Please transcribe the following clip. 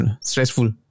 stressful